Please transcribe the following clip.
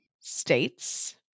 states